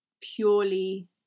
purely